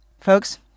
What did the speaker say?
Folks